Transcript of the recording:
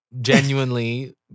genuinely